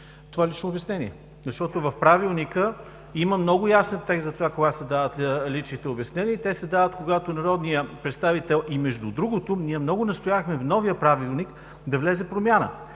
това лично обяснение, защото в Правилника има много ясна теза кога се дават личните обяснения. Те се дават, когато народният представител и, между другото, ние много настоявахме в новия Правилник да влезе промяна,